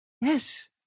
Yes